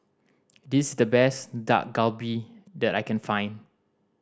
this's the best Dak Galbi that I can find